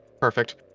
Perfect